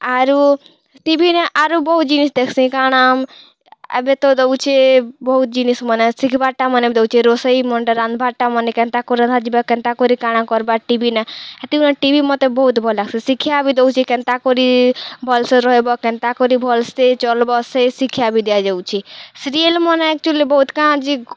ଆରୁ ଟିଭିନେ ଆରୁ ବହୁତ୍ ଜିନିଷ୍ ଦେଖ୍ସିଁ କାଣା ଏବେ ତ ଦଉଛେ ବହୁତ୍ ଜିନିଷ୍ମନେ ଶିଖ୍ବାର୍ଟାମନେ ବି ଦଉଛେ ରୋଷେଇମନ୍ଟା ରାନ୍ଧବାର୍ଟାମନେ କେନ୍ତା କରି ରନ୍ଧାଯିବା କେନ୍ତା କରି କାଣା କର୍ବା ଟିଭିନେ ହେଥିଗୁନେ ଟିଭି ମତେ ବହୁତ୍ ଭଲ୍ ଲାଗ୍ସି ଶିକ୍ଷା ବି ଦଉଛେ କେନ୍ତା କରି ଭଲ୍ସେ ରହେବ କେନ୍ତା କରି ଭଲ୍ସେ ଚଲ୍ବ ସେ ଶିକ୍ଷା ବି ଦିଆଯାଉଛେ ସିରିଏଲ୍ମନେ ଆକ୍ଚୁଲି ବହୁତ୍ କାଁଜି